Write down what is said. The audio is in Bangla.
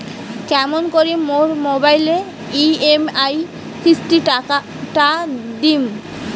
কেমন করি মোর মোবাইলের ই.এম.আই কিস্তি টা দিম?